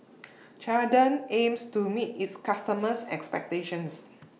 Ceradan aims to meet its customers' expectations